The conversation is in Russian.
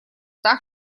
так